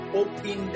open